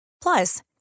Plus